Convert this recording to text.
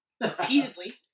Repeatedly